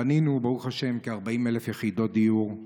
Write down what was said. בנינו ברוך השם כ-40,000 יחידות דיור,